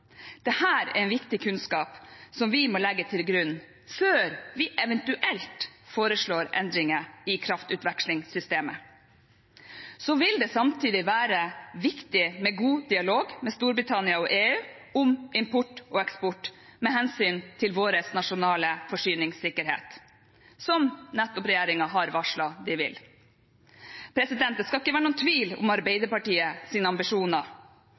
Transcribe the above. er viktig kunnskap som vi må legge til grunn før vi eventuelt foreslår endringer i kraftutvekslingssystemet. Det vil samtidig være viktig å ha god dialog med Storbritannia og EU om import og eksport med hensyn til vår nasjonale forsyningssikkerhet, som regjeringen har varslet at de vil ha. Det skal ikke være noen tvil om Arbeiderpartiets ambisjoner.